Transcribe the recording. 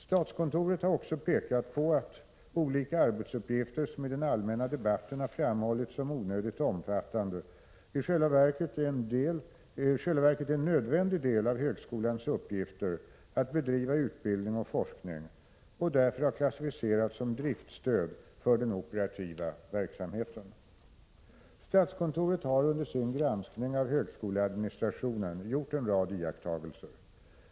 Statskontoret har också pekat på att olika arbetsuppgifter som i den allmänna debatten har framhållits som onödigt omfattande i själva verket är en nödvändig del av högskolans uppgifter att bedriva utbildning och forskning och därför har klassificerats som driftstöd för den operativa verksamheten. Statskontoret har under sin granskning av högskoleadministrationen gjort en rad iakttagelser.